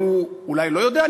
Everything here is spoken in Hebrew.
אם הוא אולי לא יודע,